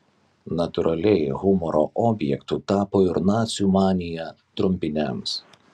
natūraliai humoro objektu tapo ir nacių manija trumpiniams